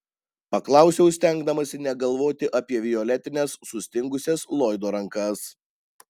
paklausiau stengdamasi negalvoti apie violetines sustingusias loydo rankas